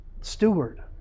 steward